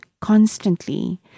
constantly